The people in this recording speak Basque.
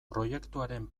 proiektuaren